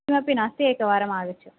किमपि नास्ति एकवारम् आगच्छतु